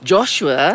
Joshua